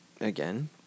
again